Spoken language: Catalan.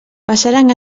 passaren